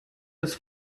des